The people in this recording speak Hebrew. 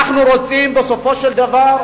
אנחנו רוצים בסופו של דבר,